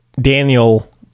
Daniel